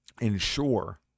ensure